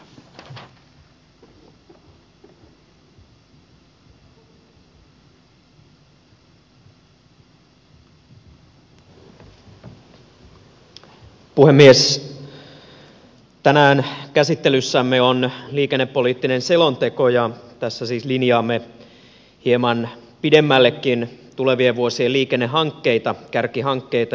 tänään käsittelyssämme on liikennepoliittinen selonteko ja tässä siis linjaamme hieman pidemmällekin tulevien vuosien liikennehankkeita kärkihankkeita